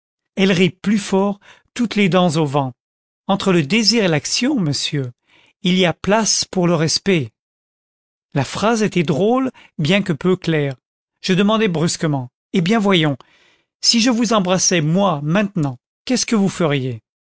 elle rit plus fort toutes les dents au vent entre le désir et l'action monsieur il y a place pour le respect la phrase était drôle bien que peu claire je demandai brusquement eh bien voyons si je vous embrassais moi maintenant qu'est-ce que vous feriez